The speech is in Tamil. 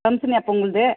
ஃபங்க்ஷன் எப்போ உங்கள்து